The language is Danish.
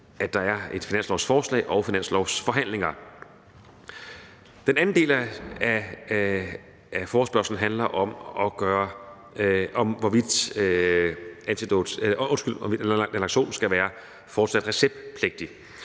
at der et finanslovsforslag og finanslovsforhandlinger. Den anden del af forespørgslen handler om, hvorvidt naloxon fortsat skal være receptpligtig.